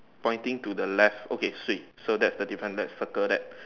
pointing to the left okay sweet so that's the difference let's circle that